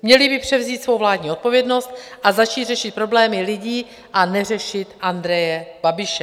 Měli by převzít svou vládní odpovědnost a začít řešit problémy lidí a neřešit jenom Andreje Babiše.